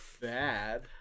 bad